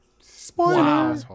Spoiler